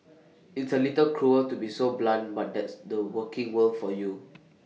it's A little cruel to be so blunt but that's the working world for you